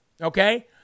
okay